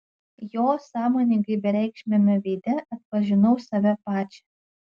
jo sąmoningai bereikšmiame veide atpažinau save pačią